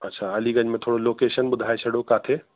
अच्छा अलीगंज में थोरो लोकेशन ॿुधाए छॾियो किथे